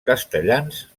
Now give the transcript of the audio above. castellans